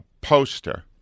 poster